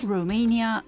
Romania